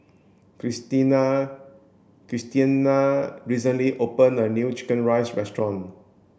Christiana Christiana recently opened a new chicken rice restaurant